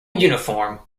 uniform